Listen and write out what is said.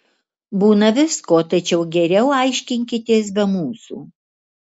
būna visko tačiau geriau aiškinkitės be mūsų